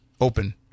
open